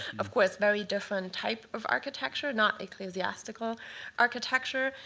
of course, very different type of architecture, not ecclesiastical architecture,